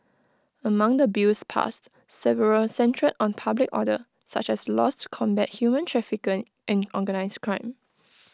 among the bills passed several centred on public order such as laws to combat human trafficking and organised crime